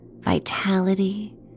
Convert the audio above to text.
vitality